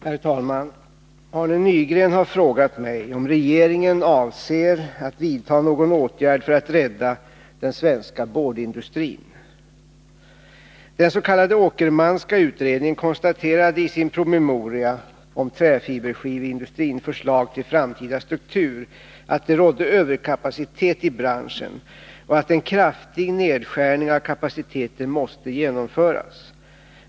Herr talman! Arne Nygren har frågat mig om regeringen avser att vidta någon åtgärd för att rädda den svenska boardindustrin. Den s.k. Åkermanska utredningen konstaterade i sin promemoria ”träfiberskiveindustrin — förslag till framtida struktur” att det rådde överkapacitet i branschen och att en kraftig nedskärning av kapaciteten måste genomföras.